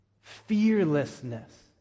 Fearlessness